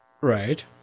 Right